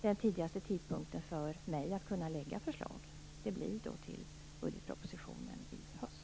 Den tidigaste tidpunkten för mig att lägga fram förslag blir i samband med budgetpropositionen i höst.